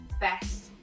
best